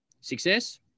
Success